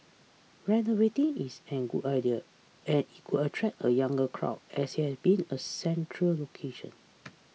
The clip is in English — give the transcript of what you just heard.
renovating it's an a good idea and it could attract a younger crowd as it has been a central location